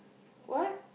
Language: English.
what